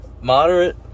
moderate